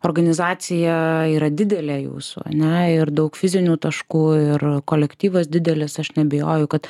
organizacija yra didelė jūsų ane ir daug fizinių taškų ir kolektyvas didelis aš neabejoju kad